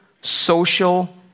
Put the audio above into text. social